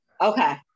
okay